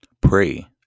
Pray